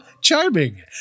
charming